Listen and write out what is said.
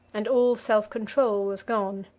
and all self-control was gone.